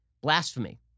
blasphemy